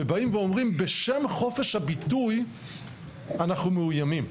ואומרים: בשם חופש הביטוי אנחנו מאוימים,